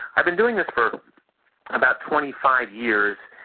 i've been doing this for about twenty five years.